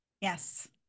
Yes